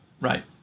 Right